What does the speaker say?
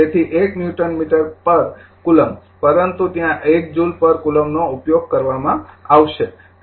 તેથી એક newton metre પર કુલમ્બ પરંતુ ત્યાં ૧ જૂલ પર કુલમ્બનો ઉપયોગ કરવામાં આવશે